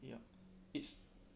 yup it's